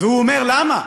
והוא אומר: למה?